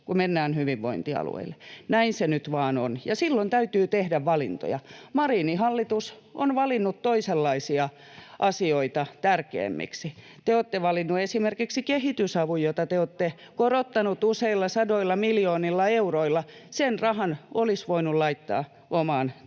kun mennään hyvinvointialueille. Näin se nyt vaan on, ja silloin täytyy tehdä valintoja. Marinin hallitus on valinnut toisenlaisia asioita tärkeämmiksi. Te olette valinneet esimerkiksi kehitysavun, jota te olette korottaneet useilla sadoilla miljoonilla euroilla. [Jukka Gustafsson: No niin, tulihan se